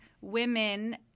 women